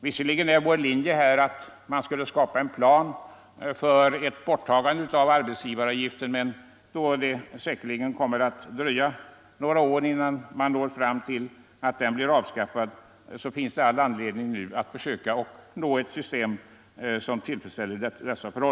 Visserligen är vår linje i det fallet att det skall göras upp en plan för borttagande av arbetsgivaravgiften, men då det säkerligen kommer att dröja några år innan vi kommer fram till ett sådant avskaffande, finns det all anledning att nu försöka skapa ett system som tillgodoser detta krav.